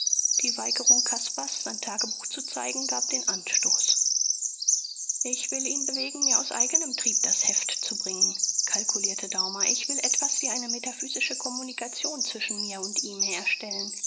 die weigerung caspars sein tagebuch zu zeigen gab den anstoß ich will ihn bewegen mir aus eignem trieb das heft zu bringen kalkulierte daumer ich will etwas wie eine metaphysische kommunikation zwischen mir und ihm herstellen